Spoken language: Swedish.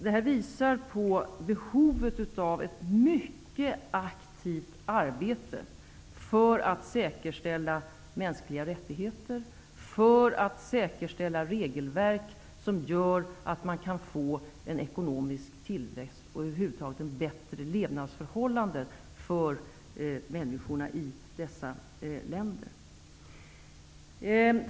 Det här visar på behovet av ett mycket aktivt arbete för att säkerställa mänskliga rättigheter, för att säkerställa regelverk som gör att man kan få en ekonomisk tillväxt och över huvud taget bättre levnadsförhållanden för människorna i dessa länder.